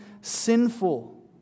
sinful